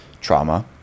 trauma